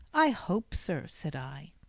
i hope, sir said i.